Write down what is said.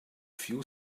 few